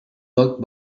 bug